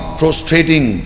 prostrating